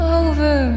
over